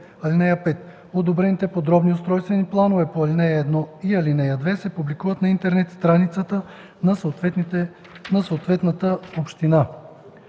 ал. 5: „(5) Одобрените подробни устройствени планове по ал.1 и ал. 2 се публикуват на интернет страницата на съответната община.”